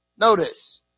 Notice